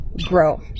grow